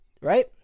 Right